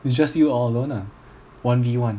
it's just you all alone ah one V one